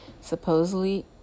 supposedly